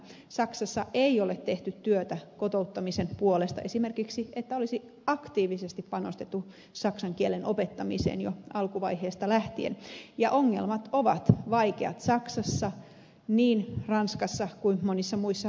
saksassa ei ole tehty työtä kotouttamisen puolesta esimerkiksi niin että olisi aktiivisesti panostettu saksan kielen opettamiseen jo alkuvaiheesta lähtien ja ongelmat ovat vaikeat niin saksassa ranskassa kuin monissa muissa euroopan maissa